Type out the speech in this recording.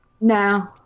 no